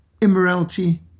immorality